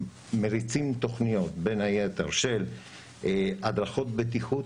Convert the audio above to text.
מריצים תוכניות בין היתר של הדרכות בטיחות